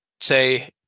say